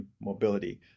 mobility